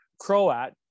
croat